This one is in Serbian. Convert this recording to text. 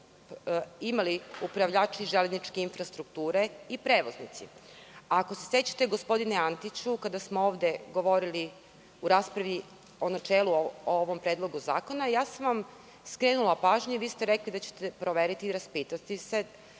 imali upravljači železničke infrastrukture i prevoznici. Ako se sećate gospodine Antiću, kada smo ovde govorili u raspravi o načelu o ovom predlogu zakona ja sam vam skrenula pažnju, i vi ste rekli da ćete proveriti i raspitati se